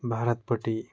भारतपट्टि